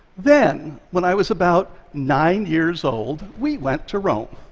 then, when i was about nine years old, we went to rome.